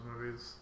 movies